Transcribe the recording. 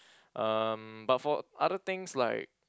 um but for other things like